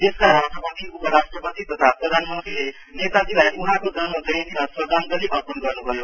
देशका राष्ट्रपति उपराष्ट्रपति तथा प्रधानमन्त्रीले नेताजीलाई उहाँको जन्म जयन्तिमा श्रद्धाञ्जली अपर्ण गर्नुभयो